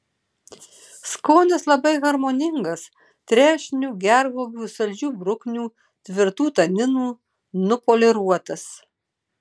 skonis labai harmoningas trešnių gervuogių saldžių bruknių tvirtų taninų nupoliruotas